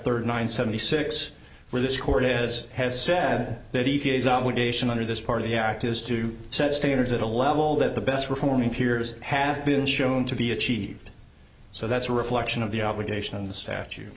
thirty nine seventy six where this court is has said that he has obligation under this part of the act is to set standards at a level that the best performing peers has been shown to be achieved so that's a reflection of the obligation on the sta